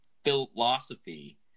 Philosophy